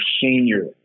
senior